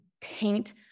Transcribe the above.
paint